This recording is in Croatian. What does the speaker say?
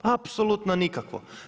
Apsolutno nikakvo.